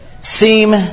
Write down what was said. seem